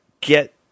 get